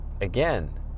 again